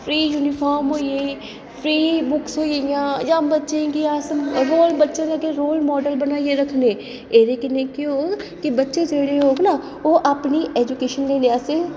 free uniform होई गी free books होइयां जां अस बच्चें दे अग्गें रोल मॉडल बनाइयै रक्खने एह्दे कन्नै केह् होग की बच्चे जेह्ड़े ना ओह् आपूं अपनी ऐजूकेशन लेई